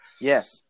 Yes